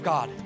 God